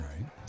right